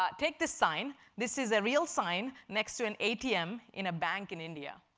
ah take this sign. this is a real sign next to an atm in a bank in india.